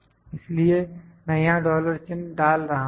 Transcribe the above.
इसलिए मैं यहां डॉलर चिन्ह डाल रहा हूं